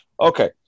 Okay